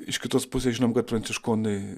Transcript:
iš kitos pusės žinom kad pranciškonai